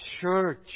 church